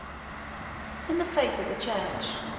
in the face of the church,